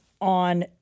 on